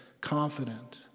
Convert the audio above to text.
confident